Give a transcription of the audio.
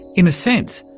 in a sense,